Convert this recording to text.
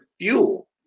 fuel